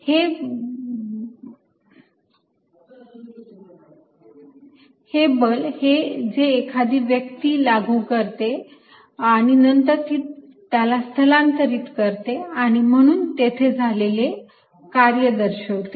हे बल हे जे एखादी व्यक्ती लागू करते आणि नंतर ती त्याला स्थलांतरित करते आणि म्हणून हे तेथे झालेले कार्य दर्शवते